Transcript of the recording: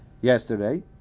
yesterday